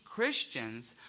Christians